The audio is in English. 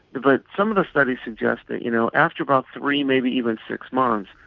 but some of the studies suggest that you know after about three, maybe even six months,